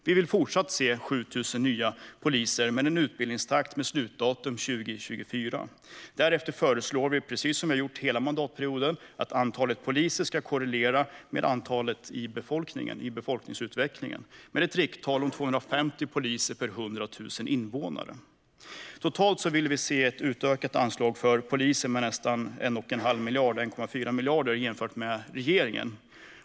Vi vill fortfarande se 7 000 nya poliser med en utbildningstakt som leder till ett slutdatum 2024. Därefter föreslår vi, som vi har gjort hela mandatperioden, att antalet poliser ska korrelera med befolkningsutvecklingen med ett rikttal om 250 poliser per 100 000 invånare. Totalt vill vi se ett utökat anslag för polisen med 1,4 miljarder jämfört med regeringen.